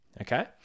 okay